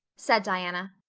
said diana,